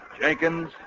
Jenkins